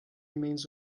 remains